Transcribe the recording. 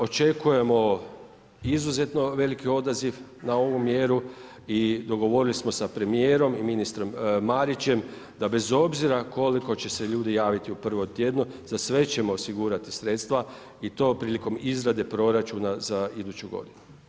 Očekujemo izuzetno veliki odaziv na ovu mjeru i dogovorili smo sa premijerom i ministrom Marićem da bez obzira koliko će se ljudi javiti u prvom tjednu za sve ćemo osigurati sredstva i to prilikom izrade proračuna za iduću godinu.